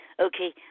Okay